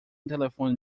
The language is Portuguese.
telefone